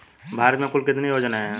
भारत में कुल कितनी योजनाएं हैं?